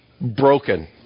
broken